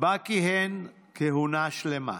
ובה כיהן כהונה שלמה.